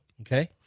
Okay